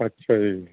ਅੱਛਾ ਜੀ